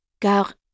Car